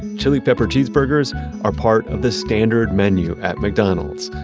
chili pepper cheeseburgers are part of the standard menu at mcdonald's.